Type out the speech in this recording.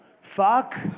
fuck